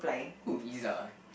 who Izzah